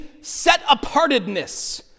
set-apartedness